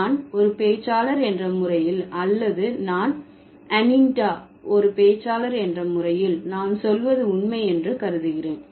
நான் ஒரு பேச்சாளர் என்ற முறையில் அல்லது நான் அணின்டிடா ஒரு பேச்சாளர் என்ற முறையில் நான் சொல்வது உண்மை என்று கருதுகிறேன்